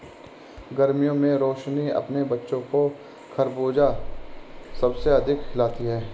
गर्मियों में रोशनी अपने बच्चों को खरबूज सबसे अधिक खिलाती हैं